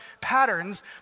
patterns